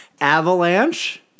Avalanche